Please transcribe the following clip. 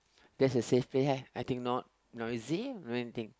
that's a safe place ah I think not noisy not anything